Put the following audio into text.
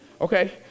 Okay